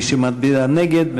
מי שמצביע נגד,